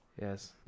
yes